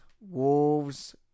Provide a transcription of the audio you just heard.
Wolves